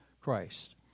Christ